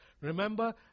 Remember